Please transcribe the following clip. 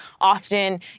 often